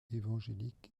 évangélique